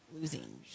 losing